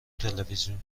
تلویزیون